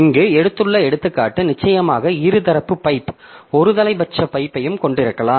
இங்கு எடுத்துள்ள எடுத்துக்காட்டு நிச்சயமாக இருதரப்பு பைப் ஒருதலைப்பட்ச பைப்பையும் கொண்டிருக்கலாம்